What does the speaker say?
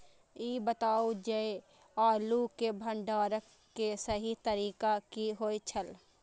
ई बताऊ जे आलू के भंडारण के सही तरीका की होय छल?